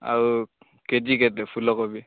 ଆଉ K G କେତେ ଫୁଲକୋବି